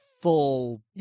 full